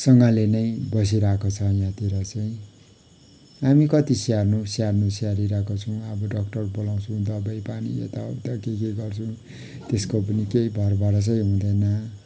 सँगले नै बसिरहेको छ यहाँतिर चाहिँ हामी कति स्याहार्नु स्याहार्नु स्याहारिहेको छौँ अब डक्टर बोलाउँछौँ दबाई पानी यता उता के के गर्छौँ त्यसको पनि केही भर भरोसै हुँदैन